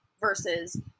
versus